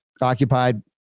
occupied